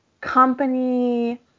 company